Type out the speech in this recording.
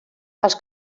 els